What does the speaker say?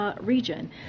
Region